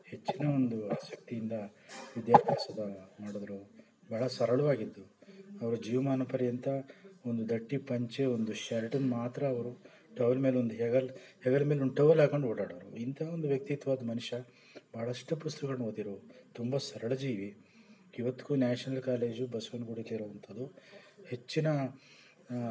ಹೆಚ್ಚಿನ ಒಂದು ಆಸಕ್ತಿಯಿಂದ ವಿದ್ಯಾಭ್ಯಾಸದ ಮಾಡಿದ್ರು ಭಾಳ ಸರಳವಾಗಿದ್ದರು ಅವ್ರ ಜೀವಮಾನ ಪರ್ಯಂತ ಒಂದು ದಟ್ಟಿ ಪಂಚೆ ಒಂದು ಶರ್ಟನ್ನ ಮಾತ್ರ ಅವರು ಟವಲ್ ಮೇಲೊಂದು ಹೆಗಲು ಹೆಗಲ ಮೇಲೊಂದು ಟವಲ್ ಹಾಕ್ಕೊಂಡು ಓಡಾಡೋರು ಇಂತಹ ಒಂದು ವ್ಯಕ್ತಿತ್ವದ ಮನುಷ್ಯ ಬಹಳಷ್ಟು ಪುಸ್ತಕಗಳನ್ನು ಓದಿರೋರು ತುಂಬ ಸರಳ ಜೀವಿ ಇವತ್ತಿಗೂ ನ್ಯಾಷನಲ್ ಕಾಲೇಜು ಬಸ್ವನ್ಗುಡಿಲಿ ಇರೋಂಥದು ಹೆಚ್ಚಿನ